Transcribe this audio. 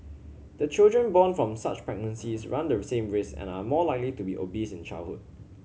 the children born from such pregnancies run the same risk and are more likely to be obese in childhood